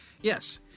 Yes